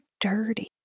dirty